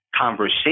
conversation